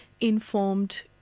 informed